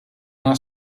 una